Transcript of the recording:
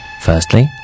Firstly